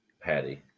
Patty